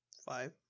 Five